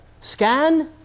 Scan